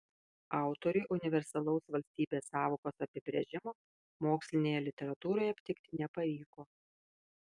autoriui universalaus valstybės sąvokos apibrėžimo mokslinėje literatūroje aptikti nepavyko